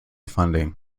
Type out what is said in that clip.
funding